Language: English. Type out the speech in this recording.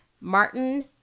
Martin